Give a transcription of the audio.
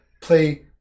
play